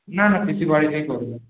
না না পিসির বাড়িতেই করব